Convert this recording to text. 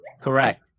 Correct